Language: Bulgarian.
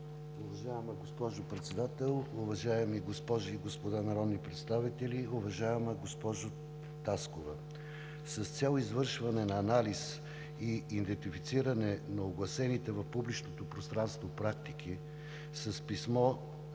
Уважаема госпожо Председател, уважаеми госпожи и господа народни представители! Уважаема госпожо Таскова, с цел извършване на анализ и идентифициране на огласените в публичното пространство практики с писмо